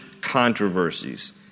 controversies